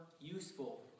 useful